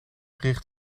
richt